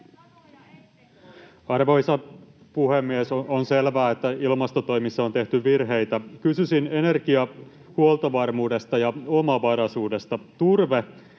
Arvoisa puhemies! On selvää, että ilmastotoimissa on tehty virheitä. Kysyisin energiahuoltovarmuudesta ja -omavaraisuudesta. Turve